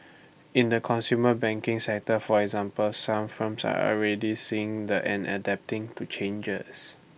in the consumer banking sector for example some firms are already seeing and adapting to changes